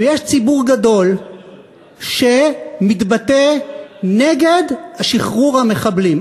ויש ציבור גדול שמתבטא נגד שחרור המחבלים.